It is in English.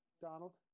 Donald